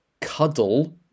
cuddle